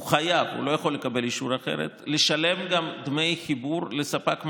הוא חייב לשלם גם דמי חיבור לספק מים,